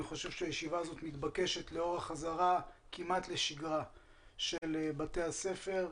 אני חושב שהישיבה הזאת מתבקשת לאור החזרה כמעט לשגרה של בתי הספר.